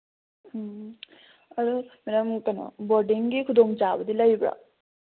ꯎꯝ ꯑꯗꯨ ꯃꯦꯗꯥꯝ ꯀꯩꯅꯣ ꯕꯣꯔꯗꯤꯡꯒꯤ ꯈꯨꯗꯣꯡꯆꯥꯕꯗꯤ ꯂꯩꯕ꯭ꯔꯣ